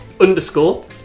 underscore